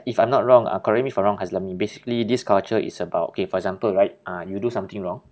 if I'm not wrong ah correct me if I'm wrong haslami basically this culture is about okay for example right uh you do something wrong